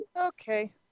Okay